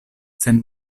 sen